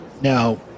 Now